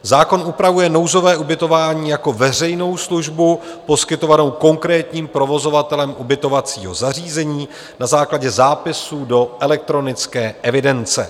Zákon upravuje nouzové ubytování jako veřejnou službu poskytovanou konkrétním provozovatelem ubytovacího zařízení na základě zápisu do elektronické evidence.